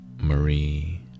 Marie